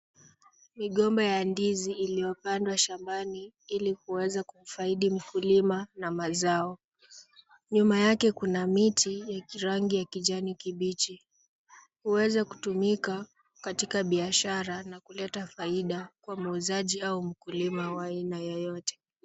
Migomba ya ndizi iliyopandwa shambani ili kueza mumfaidi mkulima na mazao. Nyuma yake kuna miti ya kirangi ya kijani kibichi. Huweza kutumika katika biashara na kuleta faida kwa muuzaji au mkulima wa aina yoyote.